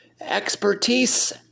expertise